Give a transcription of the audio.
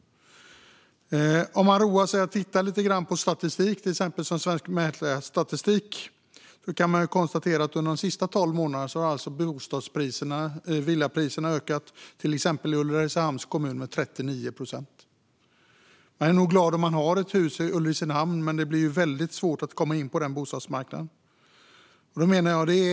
Om man roar sig med att titta lite grann på statistik, till exempel Svensk Mäklarstatistik, kan man konstatera att villapriserna under de senaste tolv månaderna till exempel i Ulricehamns kommun har ökat med 39 procent. Man är nog glad om man har ett hus i Ulricehamn, men det blir ju väldigt svårt att komma in på den bostadsmarknaden.